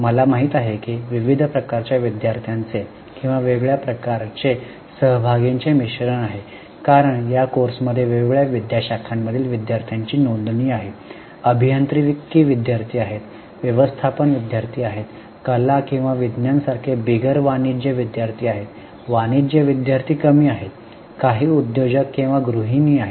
मला माहित आहे की हे विविध प्रकारच्या विद्यार्थ्यांचे किंवा वेगवेगळ्या प्रकारचे सहभागींचे मिश्रण आहे कारण या कोर्समध्ये वेगवेगळ्या विद्याशाखांमधील विद्यार्थ्यांची नोंदणी आहे अभियांत्रिकी विद्यार्थी आहेत व्यवस्थापन विद्यार्थी आहेत कला किंवा विज्ञान सारखे बिगर वाणिज्य विद्यार्थी आहेत वाणिज्य विद्यार्थी कमी आहेत काही उद्योजक किंवा गृहिणी आहेत